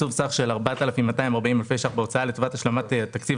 תקצוב סך של 4,240 אלפי שקלים בהוצאה לטובת השלמת התקציב